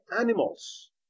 animals